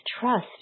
trust